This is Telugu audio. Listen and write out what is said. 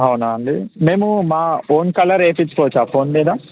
అవునా అండి మేము మా ఓన్ కలర్ వేపించుకోవచ్చా ఫోన్ మీద